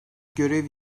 görev